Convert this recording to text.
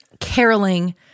Caroling